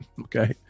Okay